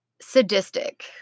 sadistic